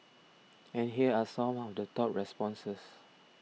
and here are some of the top responses